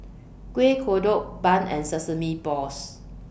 Kueh Kodok Bun and Sesame Balls